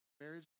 marriage